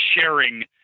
sharing